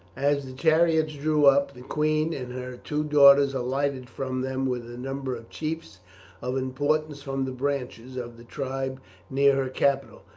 as the chariots drew up, the queen and her two daughters alighted from them, with a number of chiefs of importance from the branches of the tribe near her capital.